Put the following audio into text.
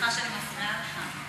סליחה שאני מפריעה לך,